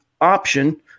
option